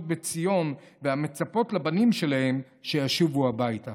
בציון והמצפות לבנים שלהן שישובו הביתה.